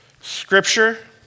Scripture